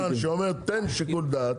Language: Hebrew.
--- שאומר תן שיקול דעת,